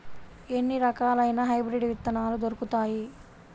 ఎన్ని రకాలయిన హైబ్రిడ్ విత్తనాలు దొరుకుతాయి?